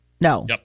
No